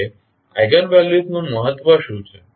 હવે eigen values નું મહત્વ શું છે